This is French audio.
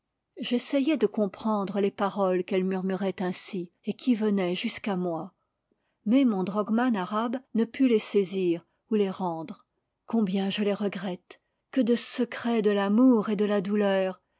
j'essayais de comprendre les paroles qu'elle murmurait ainsi et qui venaient jusqu'à moi mais mon drogman arabe ne put les saisir ou les rendre combien je les regrette que de secrets de l'amour et de la douleur